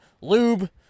lube